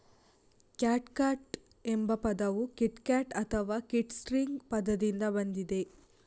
catgut ಎಂಬ ಪದವು kitgut ಅಥವಾ ಕಿಟ್ಸ್ಟ್ರಿಂಗ್ ಪದದಿಂದ ಬಂದಿದೆ